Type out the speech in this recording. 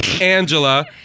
Angela